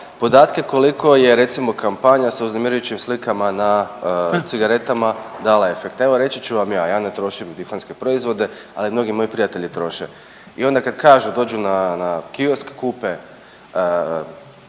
podatke koliko je recimo kampanja sa uznemirujućim slikama na cigaretama dala efekte. Evo reći ću vam ja, ja ne trošim duhanske proizvode, ali mnogi moji prijatelji troše i onda kad kažu, dođu na, na kiosk kupe,